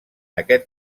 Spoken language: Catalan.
aquest